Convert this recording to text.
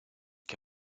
que